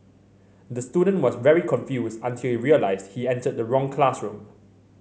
the student was very confused until he realised he entered the wrong classroom